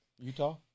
Utah